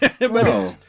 No